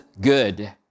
good